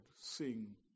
sing